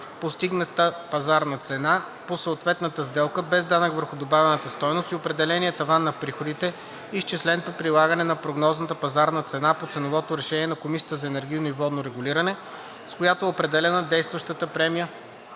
(постигната пазарна цена) по съответната сделка без данък върху добавената стойност и определения таван на приходите, изчислен при прилагане на прогнозната пазарна цена по ценовото решение на Комисията за енергийно и водно регулиране, с което е определена действащата премия